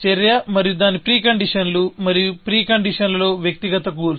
చర్య మరియు దాని ప్రీ కండీషన్స్ లు మరియు ప్రీ కండీషన్స్ లో వ్యక్తిగత గోల్స్